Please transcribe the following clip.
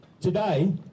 Today